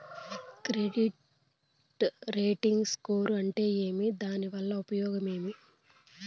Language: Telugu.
క్రెడిట్ రేటింగ్ స్కోరు అంటే ఏమి దాని వల్ల ఉపయోగం ఏమి?